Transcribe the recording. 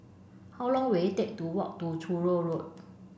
how long will it take to walk to Truro Road